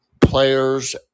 players